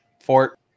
Fort